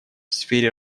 сфере